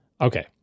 okay